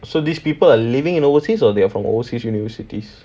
so these people are living in overseas or they are from overseas universities